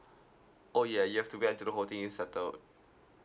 oh yeah you have to wait until the whole thing is settled